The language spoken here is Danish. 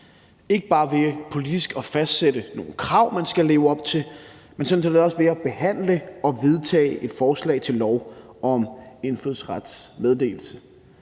ikke bare politisk ved at fastsætte nogle krav, man skal leve op til, men sådan set også ved at behandle og vedtage et forslag til lov om indfødsretsmeddelelse.